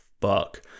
fuck